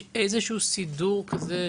יש איזשהו סידור כזה?